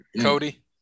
Cody